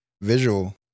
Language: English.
visual